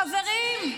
חברים,